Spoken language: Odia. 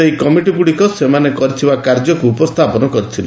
ସେହି କମିଟିଗୁଡ଼ିକ ସେମାନେ କରିଥିବା କାର୍ଯ୍ୟକୁ ଉପସ୍ଥାପନ କରିଥିଲେ